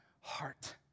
heart